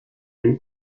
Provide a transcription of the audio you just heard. dem